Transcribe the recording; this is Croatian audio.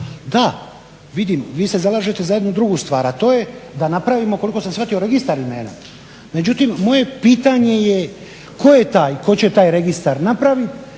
Da vidim, vi se zalažete za jednu drugu stvar, a to je da napravimo koliko sam shvatio registar imena. Međutim, moje pitanje je koje taj ko će taj registar napravit